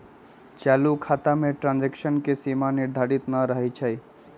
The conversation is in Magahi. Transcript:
चालू खता में ट्रांजैक्शन के सीमा निर्धारित न रहै छइ